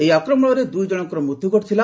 ଏହି ଆକ୍ରମଣରେ ଦୁଇ ଜଣଙ୍କର ମୃତ୍ୟୁ ହୋଇଥିଲା